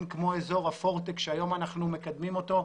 כמו אזור הפורטק שהיום אנחנו מקדמים אותו,